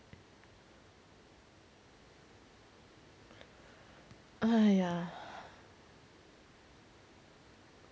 !aiya!